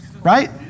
Right